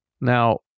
Now